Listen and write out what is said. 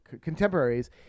contemporaries